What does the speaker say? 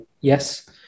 yes